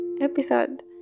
episode